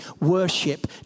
Worship